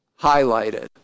highlighted